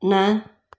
न